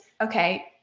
okay